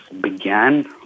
began